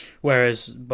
Whereas